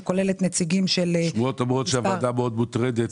שכוללת נציגים של מספר סיעות --- השמועות אומרות שהוועדה מאוד מוטרדת